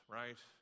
right